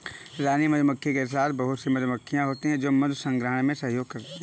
रानी मधुमक्खी के साथ बहुत ही मधुमक्खियां होती हैं जो मधु संग्रहण में सहयोग करती हैं